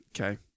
okay